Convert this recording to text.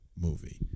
movie